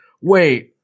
wait